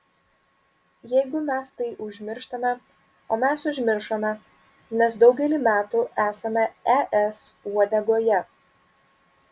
jeigu mes tai užmirštame o mes užmiršome nes daugelį metų esame es uodegoje